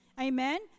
amen